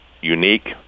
unique